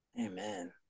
Amen